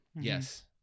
Yes